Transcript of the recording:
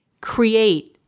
create